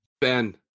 Ben